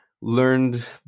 learned